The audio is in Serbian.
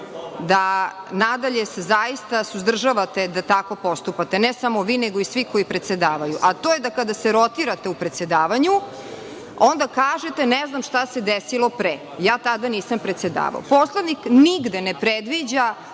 se na dalje zaista suzdržavate da tako postupate, ne samo vi nego i svi koji predsedavaju, a to je da kada se rotirate u predsedavanju, onda kažete – ne znam šta se desilo pre, ja tada nisam predsedavao. Poslovnik nigde ne predviđa